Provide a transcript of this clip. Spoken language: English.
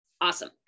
Awesome